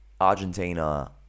Argentina